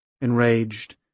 enraged